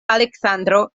aleksandro